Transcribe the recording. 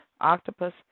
octopus